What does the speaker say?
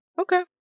Okay